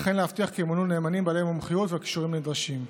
וכן להבטיח כי ימונו נאמנים בעלי המומחיות והכישורים הנדרשים.